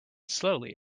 slowly